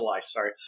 sorry